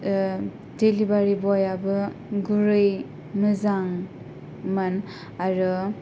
दिलिभारि बइयाबो गुरै मोजांमोन आरो